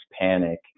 panic